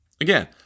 again